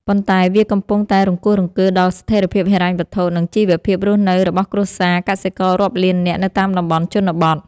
ប៉ុន្តែវាកំពុងតែរង្គោះរង្គើដល់ស្ថិរភាពហិរញ្ញវត្ថុ និងជីវភាពរស់នៅរបស់គ្រួសារកសិកររាប់លាននាក់នៅតាមតំបន់ជនបទ។